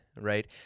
right